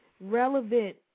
relevant